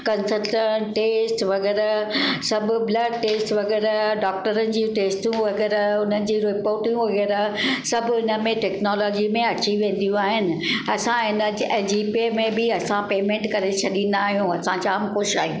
कंस्लटटेस्ट वग़ैरह सभु blood test वग़ैरह डॉक्टरनि जूं टेस्टियूं वग़ैरह हुननि जी रिपोर्टियूं वग़ैरह सभु इनमें टेक्नोलॉजी में अची वेंदियूं आहिनि असां इनजे जीपे में बि असां पेमेंट करे छॾींदा आहियूं असां जाम ख़ुशि आहियूं